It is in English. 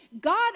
god